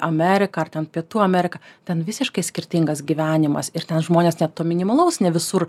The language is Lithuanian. ameriką ar ten pietų ameriką ten visiškai skirtingas gyvenimas ir ten žmonės net to minimalaus ne visur